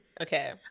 Okay